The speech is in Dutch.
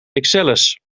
ixelles